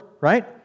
right